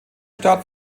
staat